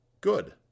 good